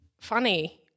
funny